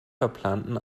verplanten